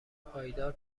پایدار